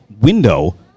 window